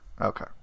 Okay